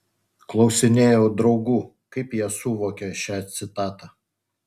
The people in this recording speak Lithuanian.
klausinėjau draugų kaip jie suvokia šią citatą